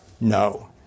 No